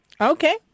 Okay